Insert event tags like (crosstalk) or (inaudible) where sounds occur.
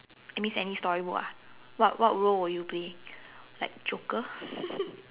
it means any story book ah what what role will you play like joker (laughs)